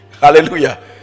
Hallelujah